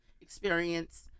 experience